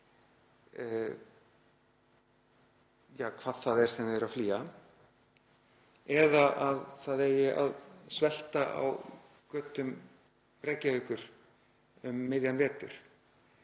— hvað sem það er að flýja, eða að það eigi að svelta á götum Reykjavíkur um miðjan vetur